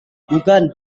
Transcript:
bukan